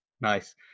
Nice